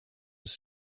was